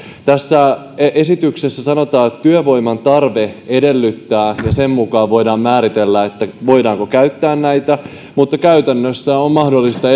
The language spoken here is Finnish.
tässä esityksessä sanotaan työvoiman tarve edellyttää voidaan määritellä voidaanko käyttää näitä mutta käytännössä on mahdollista